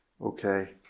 okay